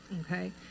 Okay